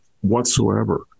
whatsoever